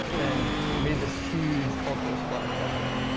and made this huge cultural splash back then.